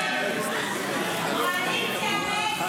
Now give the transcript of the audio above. שרון ניר,